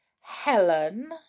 Helen